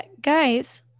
guys